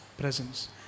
presence